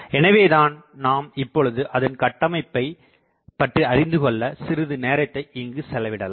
எனவேதான் நாம் இப்பொழுது அதன் கட்டமைப்பை பற்றி அறிந்துகொள்ள சிறிதுநேரத்தை இங்கு செலவிடலாம்